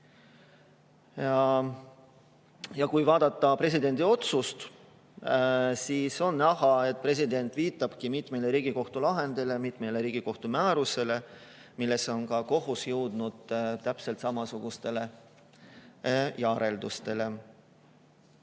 Ja kui vaadata presidendi otsust, siis on näha, et president viitabki mitmele Riigikohtu lahendile, mitmele Riigikohtu määrusele, milles on ka kohus jõudnud täpselt samasugustele järeldustele.